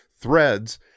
threads